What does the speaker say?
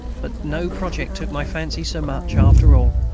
but no project took my fancy so much, after all,